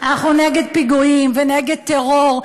אנחנו נגד פיגועים ונגד טרור,